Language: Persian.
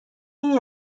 این